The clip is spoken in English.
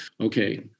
Okay